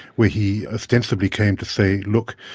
where he ostensibly came to say, look,